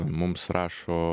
mums rašo